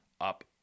up